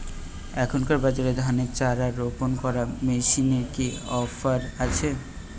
এখনকার বাজারে ধানের চারা রোপন করা মেশিনের কি অফার আছে?